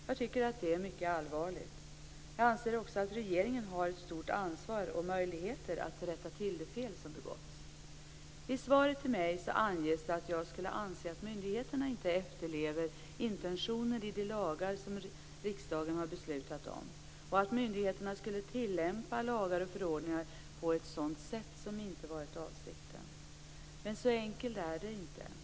Jag tycker att det är mycket allvarligt. Jag anser också att regeringen har ett stort ansvar och möjligheter att rätta till de fel som har begåtts. I svaret till mig anges att jag skulle anse att myndigheterna inte efterlever intentioner i de lagar som riksdagen har beslutat och att myndigheterna skulle tillämpa lagar och förordningar på ett sådant sätt som inte varit avsikten. Men så enkelt är det inte.